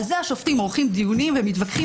על זה השופטים עורכים דיונים ומתווכחים